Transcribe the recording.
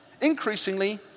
increasingly